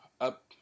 up